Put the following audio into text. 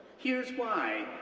here's why,